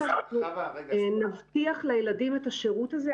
כך נבטיח לילדים את השירות הזה.